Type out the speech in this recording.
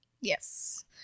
Yes